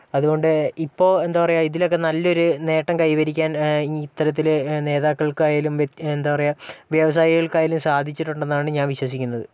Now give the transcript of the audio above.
അതുകൊണ്ട് ഇപ്പൊൾ എന്താ പറയുക ഇതിലൊക്കെ നല്ലൊരു നേട്ടം കൈവരിക്കാൻ ഇത്തരത്തിൽ നേതാക്കൾക്കായാലും വ്യത് എന്താ പറയുക വ്യവസായികൾക്കായാലും സാധിച്ചിട്ടുണ്ടെന്നാണ് ഞാൻ വിശ്വസിക്കുന്നത്